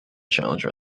challenger